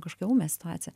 kažkokią ūmią situaciją